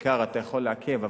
כיכר אתה יכול לעכב,